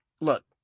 look